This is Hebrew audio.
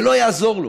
לא יעזור לו.